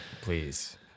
please